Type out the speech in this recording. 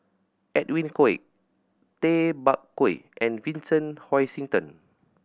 Edwin Koek Tay Bak Koi and Vincent Hoisington